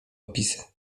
opisy